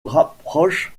rapproche